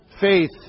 faith